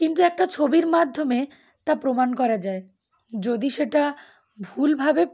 কিন্তু একটা ছবির মাধ্যমে তা প্রমাণ করা যায় যদি সেটা ভুলভাবে